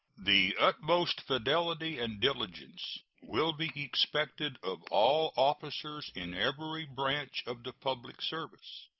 the utmost fidelity and diligence will be expected of all officers in every branch of the public service.